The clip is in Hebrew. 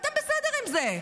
אתם בסדר עם זה.